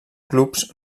clubs